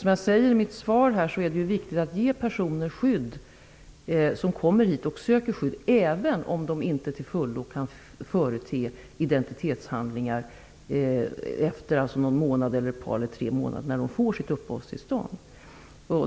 Som jag sade i mitt svar är det viktigt att ge skydd till de personer som kommer hit och söker skydd, även om de inte till fullo kan förete identitetshandlingar när de efter någon, ett par eller tre månader får sitt uppehållstillstånd.